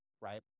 right